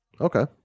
okay